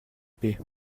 paix